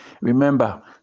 Remember